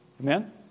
Amen